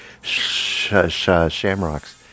shamrocks